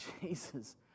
Jesus